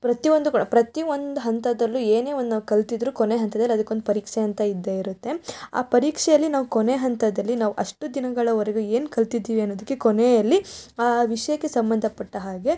ಪ್ರತಿ ಒಂದು ಕೂಡ ಪ್ರತಿ ಒಂದು ಹಂತದಲ್ಲೂ ಏನೇ ಒಂದು ನಾವು ಕಲ್ತಿದ್ರೂ ಕೊನೆಯ ಹಂತದಲ್ಲಿ ಅದಕ್ಕೊಂದು ಪರೀಕ್ಷೆ ಅಂತ ಇದ್ದೇ ಇರುತ್ತೆ ಆ ಪರೀಕ್ಷೆಯಲ್ಲಿ ನಾವು ಕೊನೆಯ ಹಂತದಲ್ಲಿ ನಾವು ಅಷ್ಟು ದಿನಗಳವರೆಗೂ ಏನು ಕಲಿತಿದ್ದೀವಿ ಅನ್ನೋದಕ್ಕೆ ಕೊನೆಯಲ್ಲಿ ಆ ವಿಷಯಕ್ಕೆ ಸಂಬಂಧಪಟ್ಟ ಹಾಗೆ